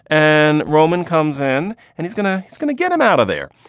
and roman comes in and he's gonna it's gonna get him out of there.